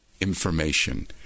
information